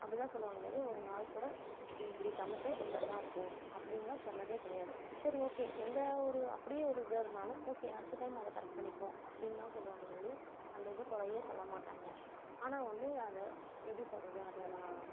அப்படி தான் சொல்லுவாங்களே ஒழிய ஒரு நாள் கூட இப்படி இப்படி சமைச்சா இப்படி நல்லாயிருக்கும் அப்படின்லாம் சொன்னதே கிடையாது சரி ஓகே எந்த ஒரு அப்படியே ஒரு இதாக இருந்தாலும் ஓகே அடுத்த டைம் அதை கரெக்ட் பண்ணிக்குவோம் அப்படின்னு தான் சொல்லுவாங்களே ஒழிய அந்த இது குறையே சொல்ல மாட்டாங்க ஆனால் வந்து அதை எப்படி சொல்றது அதை நான்